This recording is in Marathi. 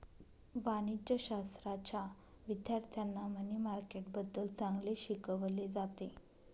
वाणिज्यशाश्राच्या विद्यार्थ्यांना मनी मार्केटबद्दल चांगले शिकवले जाते